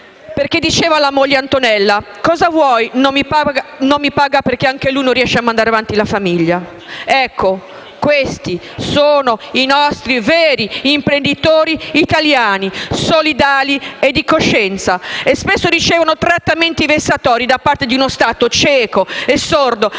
perché diceva alla moglie Antonella: «cosa vuoi, non mi paga perché anche lui non riesce a mandare avanti la famiglia». Questi sono i veri imprenditori italiani, solidali e di coscienza, e spesso ricevono trattamenti vessatori da parte di uno Stato cieco e sordo